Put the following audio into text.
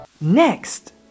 Next